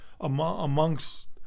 amongst